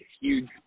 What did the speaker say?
huge